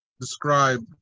describe